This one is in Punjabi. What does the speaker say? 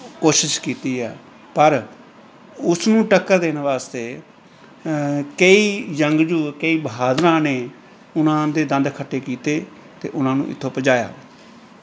ਕੋਸ਼ਿਸ਼ ਕੀਤੀ ਹੈ ਪਰ ਉਸ ਨੂੰ ਟੱਕਰ ਦੇਣ ਵਾਸਤੇ ਕਈ ਜੰਗਜੂ ਕਈ ਬਹਾਦਰਾਂ ਨੇ ਉਹਨਾਂ ਦੇ ਦੰਦ ਖੱਟੇ ਕੀਤੇ ਅਤੇ ਉਹਨਾਂ ਨੂੰ ਇੱਥੋਂ ਭਜਾਇਆ